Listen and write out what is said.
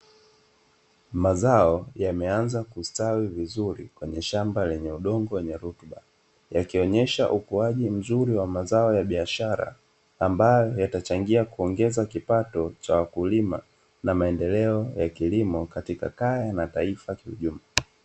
Mazao yameanza kustawi vizuri kwenye shamba lenye udongo wenye rutuba, yakionyesha ukuaji mzuri wa mazao ya biashara ambayo yatachangia kuongeza kipato cha wakulima na maendeleo ya kilimo katika kaya na taifa kiujumla.